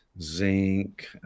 zinc